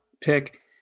pick